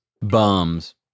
Bums